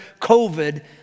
COVID